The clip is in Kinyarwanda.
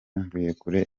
mvuyekure